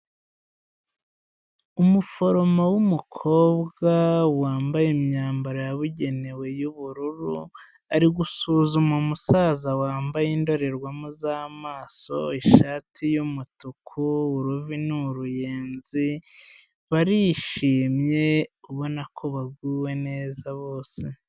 Umuforomo w'umukobwa wambaye imyambaro yabugenewe y'ubururu, ari gusuzuma umusaza wambaye indorerwamo z'amaso, ishati y'umutuku, uruvi ni uruyenzi, barishimye ubona ko baguwe neza bose.